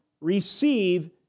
receive